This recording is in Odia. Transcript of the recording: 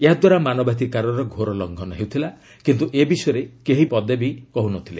ଏହାଦ୍ୱାରା ମାନବାଧିକାରର ଘୋର ଲଙ୍ଘନ ହେଉଥିଲା କିନ୍ତୁ ଏ ବିଷୟରେ କେହି ପଦେବି କହୁନଥିଲେ